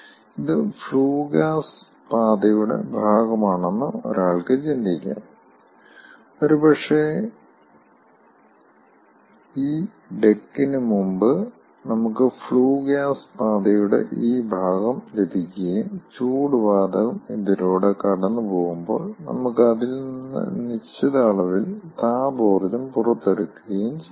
ഇത് flue gas പാതയുടെ ഭാഗമാണെന്ന് ഒരാൾക്ക് ചിന്തിക്കാം ഒരുപക്ഷേ ഈ ഡെക്കിന് മുമ്പ് നമുക്ക് ഫ്ലൂ ഗ്യാസ് പാതയുടെ ഈ ഭാഗം ലഭിക്കുകയും ചൂട് വാതകം ഇതിലൂടെ കടന്നുപോകുമ്പോൾ നമുക്ക് അതിൽ നിന്ന് നിശ്ചിത അളവിൽ താപോർജ്ജം പുറത്തെടുക്കുകയും ചെയ്യാം